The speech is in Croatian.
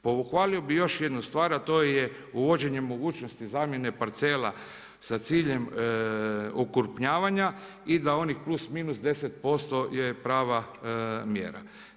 Pohvalio bi još jednu stvar a to je uvođenje mogućnosti zamjene parcela sa ciljem okrupnjavanja i da onih plus minus 10% je prava mjera.